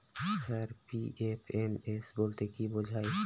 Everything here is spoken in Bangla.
স্যার পি.এফ.এম.এস বলতে কি বোঝায়?